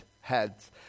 heads